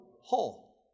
Whole